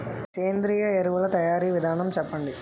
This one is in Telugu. సేంద్రీయ ఎరువుల తయారీ విధానం చెప్పండి?